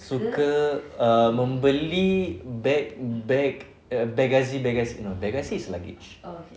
suka err membeli beg-beg bagasi-bagasi no bagasi-bagasi is luggage